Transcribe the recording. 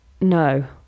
No